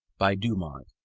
by dumont,